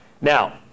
Now